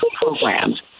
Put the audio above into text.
programs